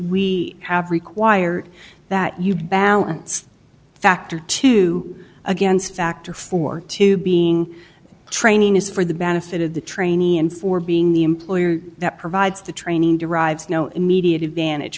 we have required that you balance factor two against factor for two being training is for the benefit of the trainee and for being the employer that provides the training derives no immediate advantage